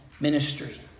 ministry